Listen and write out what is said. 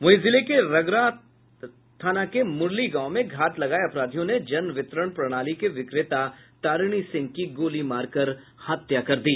वहीं जिले के रंगरा थाना के मुरली गांव में घात लगाये अपराधियों ने जनवितरण प्रणाली के विक्रेता तारिणी सिंह की गोली मारकर हत्या कर दी